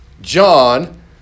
John